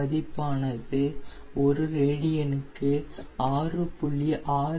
மதிப்பானது ஒரு ரேடியனுக்கு 6